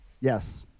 Yes